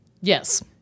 Yes